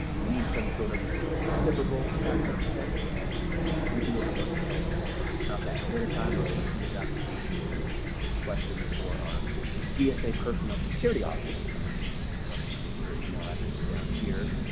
we need some sort of reciprocal background check and we can go into more details about that at a later time or when you submit your application we can answer your questions or our gsa personnel security office can also answer your questions, which their email address is down here.